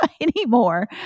anymore